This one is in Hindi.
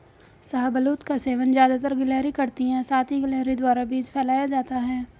शाहबलूत का सेवन ज़्यादातर गिलहरी करती है साथ ही गिलहरी द्वारा बीज फैलाया जाता है